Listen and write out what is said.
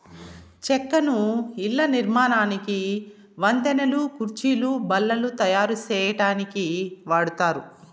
చెక్కను ఇళ్ళ నిర్మాణానికి, వంతెనలు, కుర్చీలు, బల్లలు తాయారు సేయటానికి వాడతారు